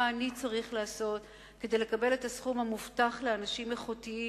מה אני צריך לעשות כדי לקבל את הסכום המובטח לאנשים איכותיים.